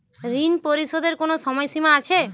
ঋণ পরিশোধের কোনো সময় সীমা আছে?